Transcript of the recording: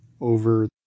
over